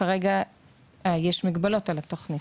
כרגע יש מגבלות על התוכנית.